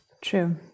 True